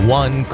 one